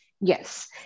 Yes